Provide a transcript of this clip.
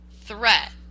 threat